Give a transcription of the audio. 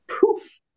poof